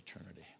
eternity